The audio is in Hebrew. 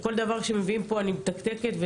וכל דבר שמביאים פה אני מתקתקת אבל